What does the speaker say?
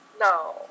No